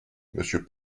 monsieur